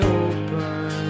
open